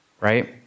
right